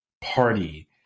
party